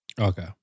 Okay